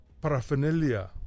paraphernalia